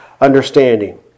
understanding